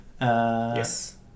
Yes